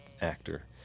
actor